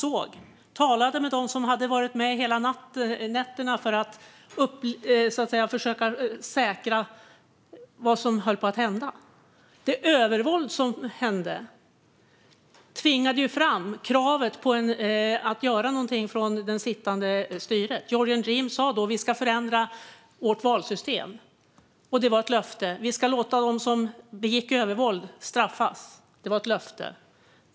Jag talade med dem som hade varit med hela nätterna för att så att säga försöka säkra vad som höll på att hända. Det övervåld som användes tvingade fram kravet på det sittande styret att göra någonting. Georgian Dream sa då att man skulle förändra valsystemet. Det var ett löfte. Man sa att man skulle låta straffa dem som använde övervåld. Det var ett löfte.